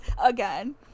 again